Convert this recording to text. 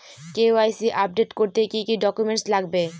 KYC update করতে কি কি ডকুমেন্টস লাগবে?